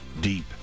deep